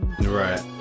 Right